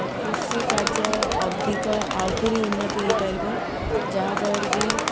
କୃଷି କାର୍ଯ୍ୟ ଅଧିକ ଆହୁରି ଉନ୍ନତି ହେଇପାରିବ ଯାହାଫଳରେକି